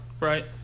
Right